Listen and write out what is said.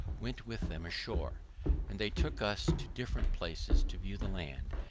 went with them ashore and they took us to different places to view the land,